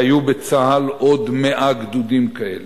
והיו בצה"ל עוד 100 גדודים כאלה,